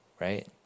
right